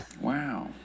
Wow